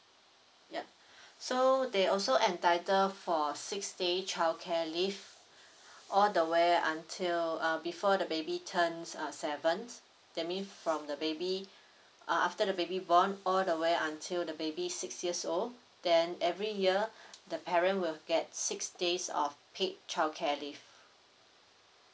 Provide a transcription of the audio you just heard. yup so they also entitle for six day childcare leave all the way until uh before the baby turns uh seven that mean from the baby uh after the baby born all the way until the baby six years old then every year the parent will get six days of paid childcare leave